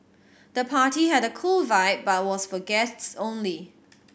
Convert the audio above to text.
the party had a cool vibe but was for guests only